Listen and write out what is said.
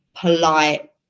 polite